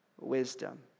wisdom